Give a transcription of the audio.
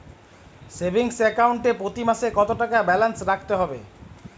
Savings account এ প্রতি মাসে কতো টাকা ব্যালান্স রাখতে হবে?